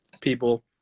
people